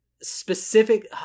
specific